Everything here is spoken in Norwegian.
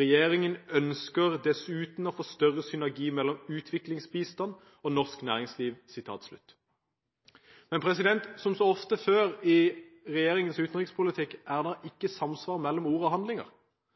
«Regjeringen ønsker dessuten å få til større synergi mellom utviklingsbistand og norsk næringsliv.» Som så ofte før i regjeringens utenrikspolitikk er